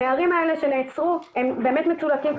הנערים האלה שנעצרו הם באמת מצולקים,